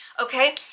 Okay